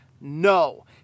No